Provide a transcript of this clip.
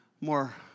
more